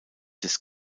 des